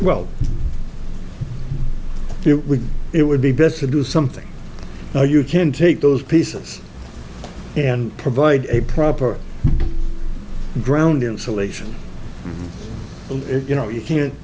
well it would it would be best to do something now you can take those pieces and provide a proper ground insulation but you know you can't